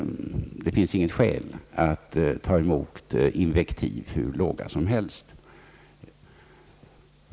Det finns inget skäl att ta emot invektiv hur låga som helst.